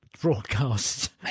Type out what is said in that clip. broadcast